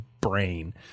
brain